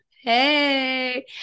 Hey